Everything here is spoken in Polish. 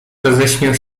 roześmiał